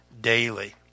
daily